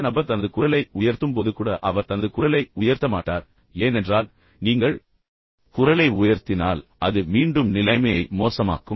மற்ற நபர் தனது குரலை உயர்த்தும்போது கூட அவர் தனது குரலை உயர்த்த மாட்டார் ஏனென்றால் நீங்கள் குரலை உயர்த்தினால் அது மீண்டும் நிலைமையை மோசமாக்கும்